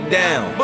down